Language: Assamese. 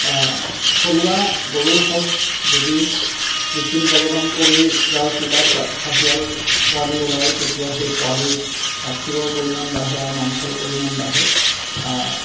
থলুৱা গৰুৰ সঁচ যদি কৃত্ৰিম প্ৰজনন কৰি জাৰ্চি বা চা চাহিয়াল পোৱালি ওলায় তেতিয়া সেই পোৱালিৰ গাখীৰৰ পৰিমাণ বাঢ়ে আৰু মাংসৰ পৰিমাণ বাঢ়ে